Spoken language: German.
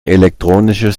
elektronisches